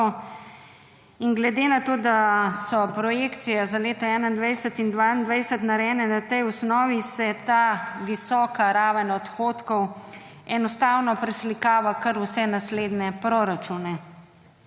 in glede na to, da so projekcije za leto 2021 in 2022 narejene na tej osnovi, se ta visoka raven odhodkov enostavno preslikava kar vse naslednje proračune.